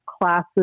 classes